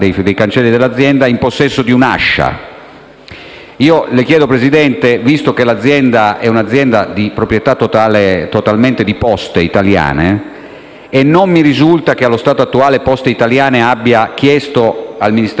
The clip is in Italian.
possesso di un'ascia. Visto che l'azienda è di proprietà totale di Poste Italiane, e non mi risulta che allo stato attuale Poste Italiane abbia chiesto al Ministero degli interni un intervento deciso